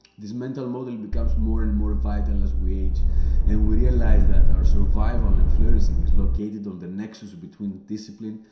this mental model becomes more and more vital as we age and we realize that our survival and flourishing is located on the nexus between discipline,